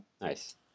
Nice